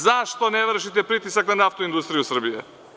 Zašto ne vršite pritisak na Naftnu industriju Srbije.